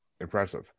impressive